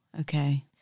okay